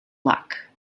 luck